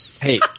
Hey